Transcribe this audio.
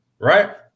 Right